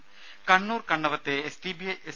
രുര കണ്ണൂർ കണ്ണവത്തെ എസ്